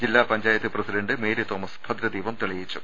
ജില്ലാ panchayat president Mary Thomas ഭദ്രദീപം തെളിയിച്ചു